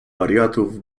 wariatów